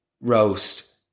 roast